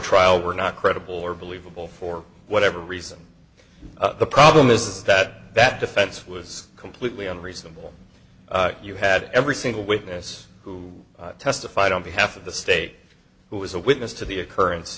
trial were not credible or believable for whatever reason the problem is that that defense was completely unreasonable you had every single witness who testified on behalf of the state who was a witness to the occurrence